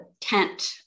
tent